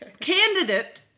candidate